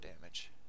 damage